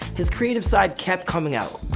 his creative side kept coming out.